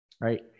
right